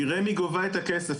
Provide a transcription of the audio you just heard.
כי רמ"י גובה את הכסף.